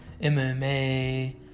MMA